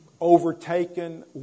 overtaken